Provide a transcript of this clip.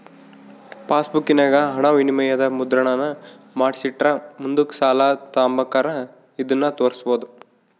ಪಾಸ್ಬುಕ್ಕಿನಾಗ ಹಣವಿನಿಮಯದ ಮುದ್ರಣಾನ ಮಾಡಿಸಿಟ್ರ ಮುಂದುಕ್ ಸಾಲ ತಾಂಬಕಾರ ಇದನ್ನು ತೋರ್ಸ್ಬೋದು